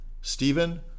Stephen